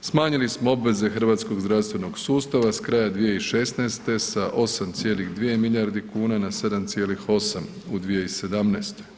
smanjili smo obveze hrvatskog zdravstvenog sustava s kraja 2016. sa 8,2 milijarde kuna na 7,8 u 2017.